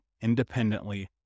independently